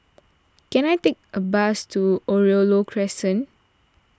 can I take a bus to Oriole Load Crescent